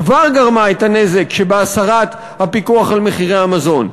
כבר גרמה את הנזק שבהסרת הפיקוח על מחירי המזון,